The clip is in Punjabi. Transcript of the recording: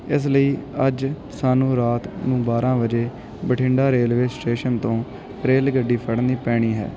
ਇਸ ਲਈ ਅੱਜ ਸਾਨੂੰ ਰਾਤ ਨੂੰ ਬਾਰ੍ਹਾਂ ਵਜੇ ਬਠਿੰਡਾ ਰੇਲਵੇ ਸਟੇਸ਼ਨ ਤੋਂ ਰੇਲ ਗੱਡੀ ਫੜਨੀ ਪੈਣੀ ਹੈ